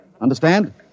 Understand